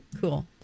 Cool